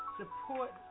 support